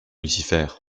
lucifer